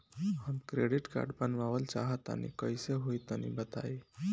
हम credit card बनवावल चाह तनि कइसे होई तनि बताई?